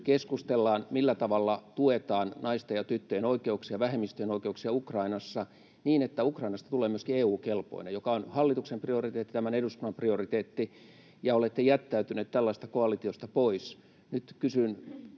keskustellaan: millä tavalla tuetaan naisten ja tyttöjen oikeuksia ja vähemmistöjen oikeuksia Ukrainassa, niin että Ukrainasta tulee myöskin EU-kelpoinen, joka on hallituksen prioriteetti ja tämän eduskunnan prioriteetti — kun olette jättäytyneet tällaista koalitiosta pois. Nyt kysyn